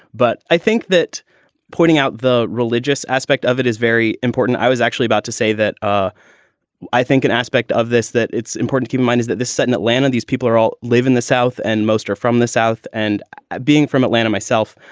but i think that pointing out the religious aspect of it is very important. i was actually about to say that ah i think an aspect of this that it's important, keep in mind is that this set in atlanta, these people are all live in the south and most are from the south and being from atlanta myself.